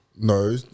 No